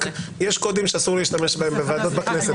אבל יש קודים שאסור להשתמש בהם בוועדות בכנסת.